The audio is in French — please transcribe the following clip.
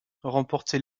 remportée